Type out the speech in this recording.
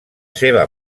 seva